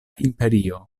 imperio